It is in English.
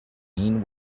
mean